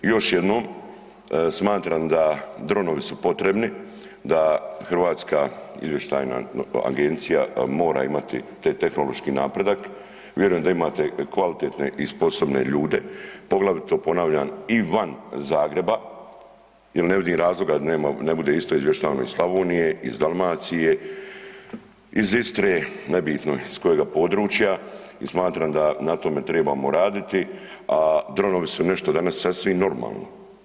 I još jednom smatram da dronovi su potrebni, da Hrvatska izvještajna agencija mora imati taj tehnološki napredak, vjerujem da imate kvalitetne i sposobne ljude poglavito ponavljam i van Zagreba, jer ne vidim razloga da ne bude isto izvještavano iz Slavonije, iz Dalmacije, iz Istre nebitno je s kojega područja i smatram da na tome tribamo raditi, a dronovi su nešto danas sasvim normalno.